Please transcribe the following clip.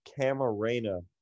Camarena